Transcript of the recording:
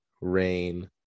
Rain